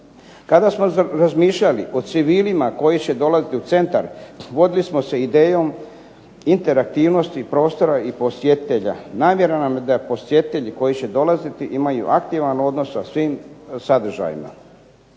Kada smo razmišljali o civilima koji će dolaziti u centar vodili smo se idejom interaktivnosti prostora i posjetitelja. Namjera nam je da posjetitelji koji će dolaziti imaju aktivan odnos sa svim sadržajima.